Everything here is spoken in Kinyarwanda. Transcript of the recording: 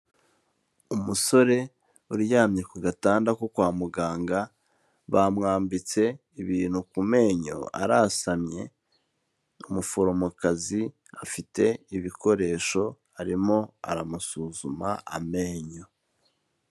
Umusore uryamye ku gatanda ko kwa muganga, bamwambitse ibintu ku menyo arasamye, umuforomokazi afite ibikoresho, arimo aramusuzuma amenyo.